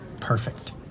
perfect